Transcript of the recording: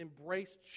embrace